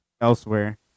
elsewhere